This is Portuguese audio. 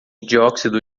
dióxido